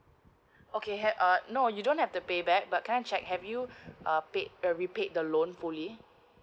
okay uh no you don't have to pay back but can I check have you uh paid uh repaid the loan fully